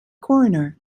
coroner